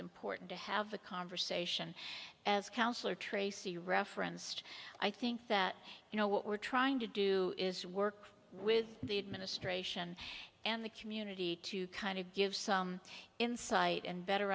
important to have a conversation as counselor tracy referenced i think that you know what we're trying to do is work with the administration and the community to kind of give some insight and better